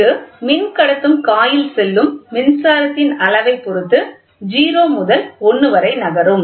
இது மின்கடத்தும் காயில் செல்லும் மின்சாரத்தின் அளவை பொறுத்து 0 முதல் 1 வரை நகரும்